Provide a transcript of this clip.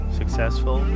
successful